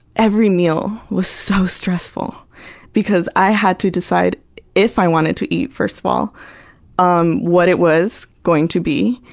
every meal was so stressful because i had to decide if i wanted to eat, first of all, um what it was going to be,